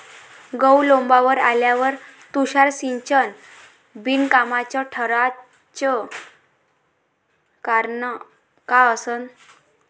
गहू लोम्बावर आल्यावर तुषार सिंचन बिनकामाचं ठराचं कारन का असन?